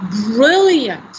brilliant